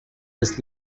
this